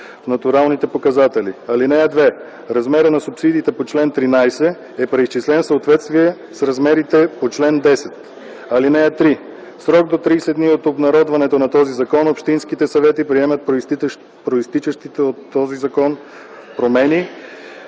(2) Размерът на субсидиите по чл. 13 е преизчислен в съответствие с размерите по чл. 10. (3) В срок до 30 дни от обнародването на този закон общинските съвети приемат произтичащите от този закон промени